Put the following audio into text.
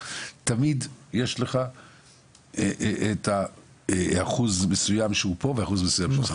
תמיד יש לך את האחוז המסוים שהוא פה והאחוז המסוים שהוא שם,